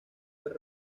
fue